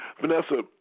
Vanessa